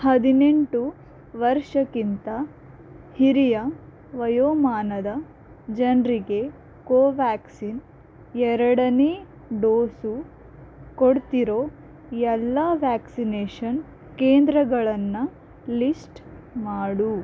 ಹದಿನೆಂಟು ವರ್ಷಕ್ಕಿಂತ ಹಿರಿಯ ವಯೋಮಾನದ ಜನರಿಗೆ ಕೋವ್ಯಾಕ್ಸಿನ್ ಎರಡನೇ ಡೋಸು ಕೊಡ್ತಿರೋ ಎಲ್ಲ ವ್ಯಾಕ್ಸಿನೇಷನ್ ಕೇಂದ್ರಗಳನ್ನು ಲಿಸ್ಟ್ ಮಾಡು